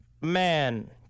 man